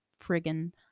friggin